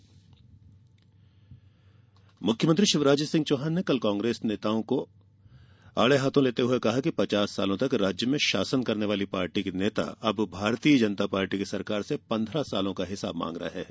जन आशीर्वाद यात्रा मुख्यमंत्री शिवराज सिंह चौहान ने कल कांग्रेस नेताओं को आड़े हाथों लेते हुए कहा कि पचास सालों तक राज्य में शासन करने वाली पार्टी के नेता अब भारतीय जनता पार्टी की सरकार से पंद्रह सालों का हिसाब मांग रहे हैं